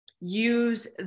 use